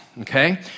okay